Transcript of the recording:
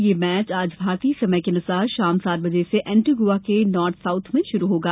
यह मैच आज भारतीय समयानुसार शाम सात बजे से एंटीगुआ के नॉर्थ साउथ में शुरू होगा